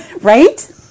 Right